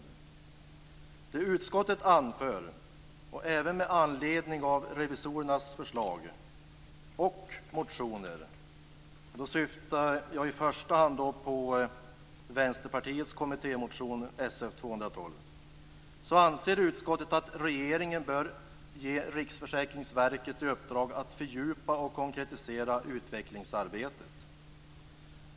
Utifrån vad utskottet anför och även med anledning av revisorernas förslag och motionerna - jag syftar då i första hand på Vänsterpartiets kommittémotion Sf212 - anser utskottet att regeringen bör ge Riksförsäkringsverket i uppdrag att fördjupa och konkretisera utvecklingsarbetet.